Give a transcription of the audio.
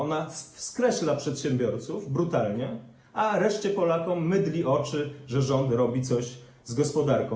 Ona skreśla przedsiębiorców brutalnie, a reszcie Polaków mydli oczy, że rząd robi coś z gospodarką.